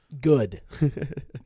Good